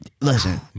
Listen